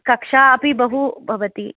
कक्षा अपि बहु भवति